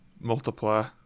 multiply